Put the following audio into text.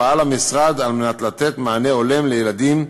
פעל המשרד על מנת לתת מענה הולם לילדים,